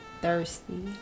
thirsty